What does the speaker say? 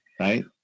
right